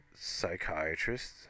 psychiatrist